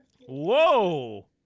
Whoa